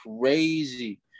crazy